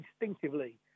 instinctively